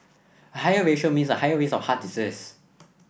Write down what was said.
a higher ratio means a higher risk of heart disease